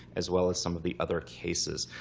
as well as some of the other cases.